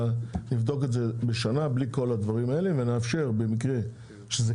אלא נבדוק את זה בשנה בלי כל הדברים האלה ונאפשר במקרה שזה